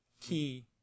key